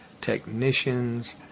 technicians